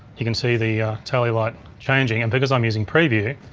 you can see the tally light changing and because i'm using preview,